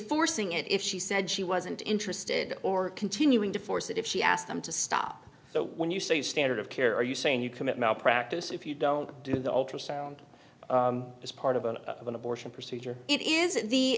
forcing it if she said she wasn't interested or continuing to force it if she asked them to stop so when you say standard of care are you saying you commit malpractise if you don't do the ultrasound as part of an abortion procedure it is